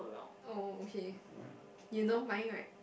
oh okay you know mine right